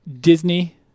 Disney